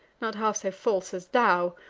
not half so false as thou,